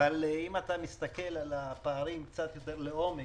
אבל אם אתה מסתכל על הפערים קצת יותר לעומק,